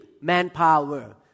manpower